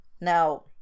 now